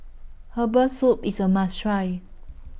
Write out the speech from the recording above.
Herbal Soup IS A must Try